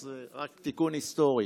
אז רק תיקון היסטורי.